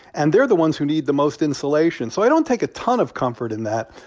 and they're the ones who need the most insulation. so i don't take a ton of comfort in that.